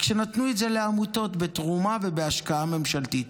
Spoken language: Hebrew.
רק שנתנו אותם לעמותות בתרומה ובהשקעה ממשלתית.